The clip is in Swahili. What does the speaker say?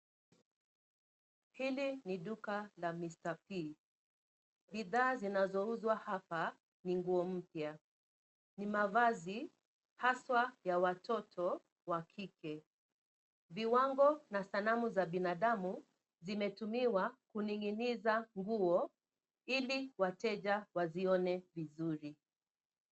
Hili ni duka la Mr P . Bidhaa zinazouzwa hapa ni nguo mpya. Ni mavazi haswa ya watoto wa kike. Viwango na sanamu za binadamu zimetumiwa kuning'iniza nguo ili wateja wazione vizuri.